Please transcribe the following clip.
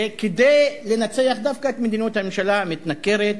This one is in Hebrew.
כדי לנצח דווקא את מדיניות הממשלה המתנכרת,